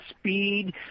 speed